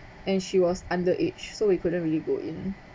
and she was under age so we couldn't really go in